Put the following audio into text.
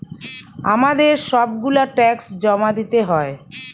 আমাদের সব গুলা ট্যাক্স জমা দিতে হয়